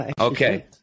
Okay